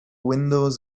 windows